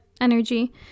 energy